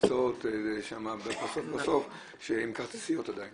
נמצאות שם בסוף בסוף עם כרטיסיות עדיין.